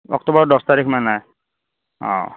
অক্টোবৰ দহ তাৰিখ মানে অ